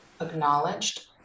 acknowledged